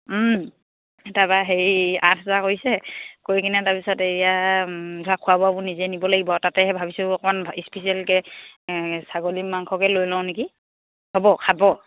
তাৰপৰা হেৰি আঠ হেজাৰ কৰিছে কৰি কিনে তাৰপিছত এয়া ধৰা খোৱা বোৱাবোৰ নিজে নিব লাগিব আৰু তাতে সেই ভাবিছোঁ অকণমান স্পেচিয়েলকৈ ছাগলী মাংসকে লৈ লওঁ নেকি হ'ব খাব